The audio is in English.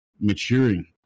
maturing